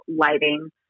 lighting